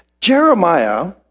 Jeremiah